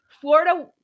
florida